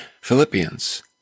Philippians